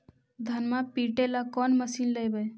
धनमा पिटेला कौन मशीन लैबै?